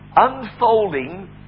unfolding